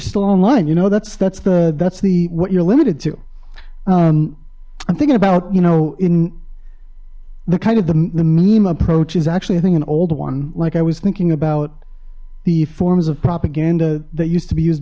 still online you know that's that's the that's the what you're limited to i'm thinking about you know in the kind of the meme approach is actually i think an old one like i was thinking about the forms of propaganda that used to be used